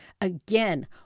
Again